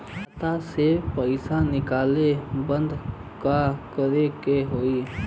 खाता से पैसा निकाले बदे का करे के होई?